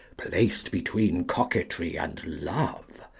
placed between coquetry and love,